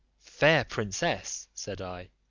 fair princess, said i,